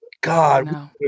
God